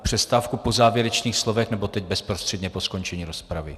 Přestávku po závěrečných slovech, nebo teď bezprostředně po skončení rozpravy?